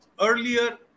earlier